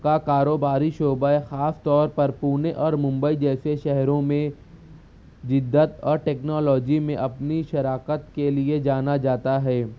کا کاروباری شعبہ خاص طور پر پونے اور ممبئی جیسے شہروں میں جدت اور ٹیکنالوجی میں اپنی شراکت کے لیے جانا جاتا ہے